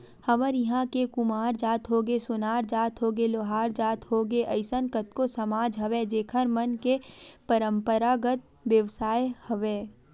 हमर इहाँ के कुम्हार जात होगे, सोनार जात होगे, लोहार जात के होगे अइसन कतको समाज हवय जेखर मन के पंरापरागत बेवसाय हवय